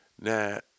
Now